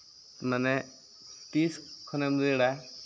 ᱢᱟᱱᱮ ᱛᱤᱥ ᱠᱷᱚᱱᱮᱢ ᱫᱟᱹᱲᱟ